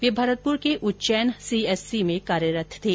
वे भरतपुर के उच्चैन सीएससी में कार्यरत थे